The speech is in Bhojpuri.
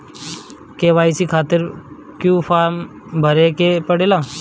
के.वाइ.सी खातिर क्यूं फर्म भरे के पड़ेला?